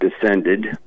descended